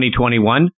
2021